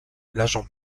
l’agent